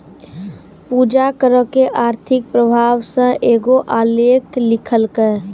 पूजा करो के आर्थिक प्रभाव पे एगो आलेख लिखलकै